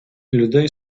людей